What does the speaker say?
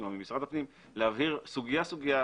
או ממשרד הפנים להבהיר סוגיה סוגיה,